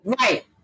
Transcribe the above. Right